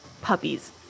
puppies